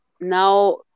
now